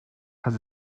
has